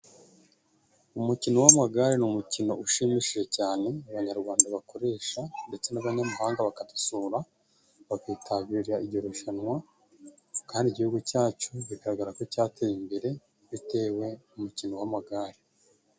Umukino w'amagare ni umukino ushimishije cyane abanyarwanda bakoresha, ndetse n'abanyamahanga bakadusura bakitabira iryo rushanwa kandi igihugu cyacu bigaragara ko cyateye imbere bitewe n'umukino w'amagare.